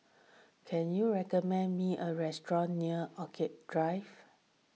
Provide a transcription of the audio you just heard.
can you recommend me a restaurant near Orchid Drive